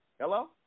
Hello